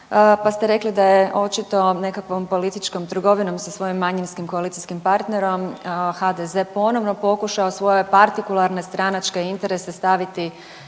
pa ste rekli da je očito nekakvom političkom trgovinom sa svojim manjinskim koalicijskim partnerom HDZ ponovno pokušao svoje partikularne stranačke interese staviti